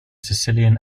sicilian